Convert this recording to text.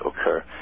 occur